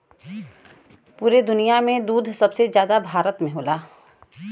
पुरे दुनिया में दूध सबसे जादा भारत में होला